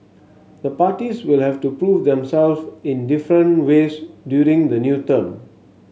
the parties will have to prove themselves in different ways during the new term